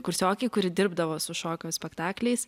kursiokei kuri dirbdavo su šokio spektakliais